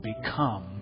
become